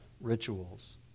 rituals